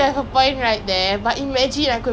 ya lah private expensive